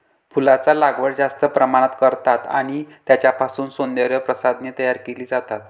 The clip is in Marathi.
फुलांचा लागवड जास्त प्रमाणात करतात आणि त्यांच्यापासून सौंदर्य प्रसाधने तयार केली जातात